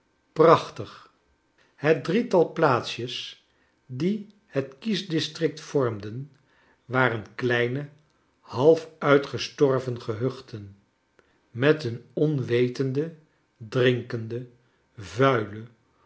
prachtig het drietal plaatsjes die het kiesdistrict vormden waren kleine half uitgestorven gehuchten met een onwetende drinkende vuile